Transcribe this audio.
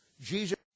Jesus